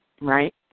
Right